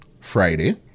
Friday